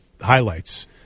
highlights